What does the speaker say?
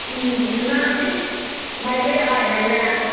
नोंना माइब्रायालाय माइब्राया